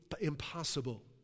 impossible